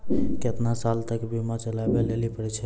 केतना साल तक बीमा चलाबै लेली पड़ै छै?